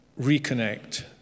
reconnect